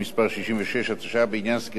66), התשע"ב 2012, בעניין סגירת תיק פלילי בהסדר.